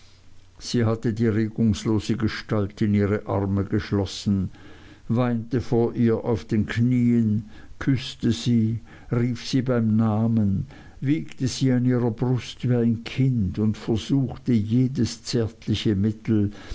sie hatte die regungslose gestalt in ihre arme geschlossen weinte vor ihr auf den knieen küßte sie rief sie beim namen und wiegte sie an ihrer brust wie ein kind und versuchte jedes zärtliche mittel